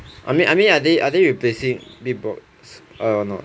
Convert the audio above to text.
I mean I mean are they are they replacing big box or no